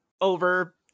over